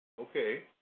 Okay